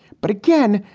but again,